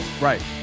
Right